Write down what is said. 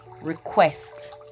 request